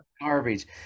garbage